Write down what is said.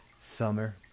summer